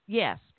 yes